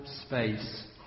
space